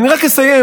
ואני רק אסיים,